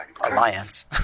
alliance